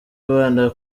abana